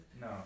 No